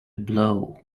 blow